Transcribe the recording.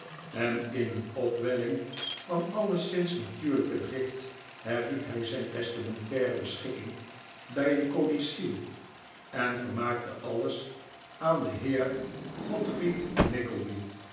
en in een opwelling van alleszins natuurlijke drift herriep hij zijn testamentaire beschikking bij een codicil en vermaakte alles aan den heer godfried nickleby